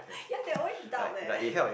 ya they always doubt eh